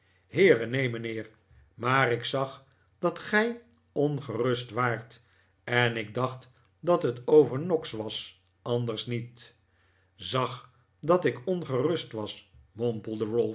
heere neen mijnheer maar ik zag dat gij ongerust waart en ik dacht dat het over noggs was anders niet zag dat ik ongerust was